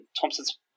Thompson's